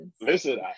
Listen